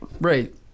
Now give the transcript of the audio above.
Right